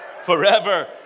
forever